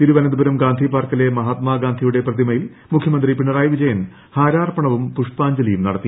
തിരുവനന്തപുരം ഗാന്ധിപാർക്കിലെ മഹാത്മാഗാന്ധിയുടെ പ്രതിമയിൽ മുഖ്യമന്ത്രി പിണറായി വിജയൻ ഹാരാർപ്പണവും പുഷ്പാഞ്ജലിയും നടത്തി